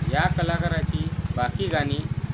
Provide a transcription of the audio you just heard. या कलाकाराची बाकी गाणी